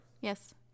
Yes